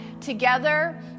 together